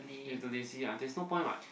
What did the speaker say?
day to day see ah there's no point [what]